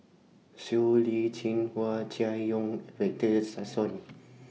Siow Lee Chin Hua Chai Yong and Victor Sassoon